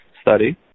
study